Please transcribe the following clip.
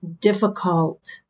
difficult